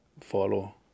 follow